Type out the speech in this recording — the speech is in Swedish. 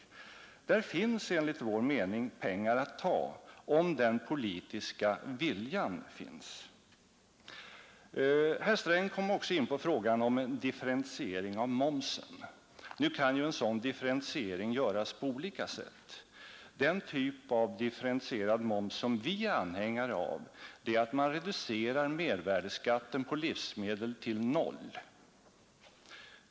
Där finns enligt vår mening pengar att ta om bara den politiska viljan finns. Herr Sträng kom också in på frågan om en differentiering av momsen. Nu kan ju en sådan differentiering göras på olika sätt. Den typ av differentierad moms som vi är anhängare av är att man reducerar mervärdeskatten på livsmedel till 0.